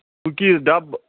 cookies ڈبہٕ